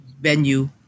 venue